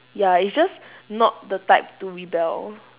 ya it's just not the type to rebel